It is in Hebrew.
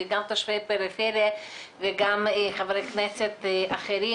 גם תושבי פריפריה וגם חברי כנסת אחרים,